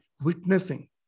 witnessing